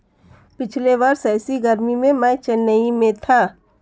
पिछले वर्ष ऐसी गर्मी में मैं चेन्नई में था